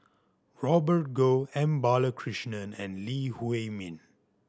Robert Goh M Balakrishnan and Lee Huei Min